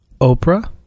Oprah